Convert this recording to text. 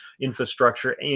infrastructure